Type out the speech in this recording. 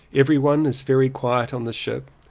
everyone is very quiet on the ship,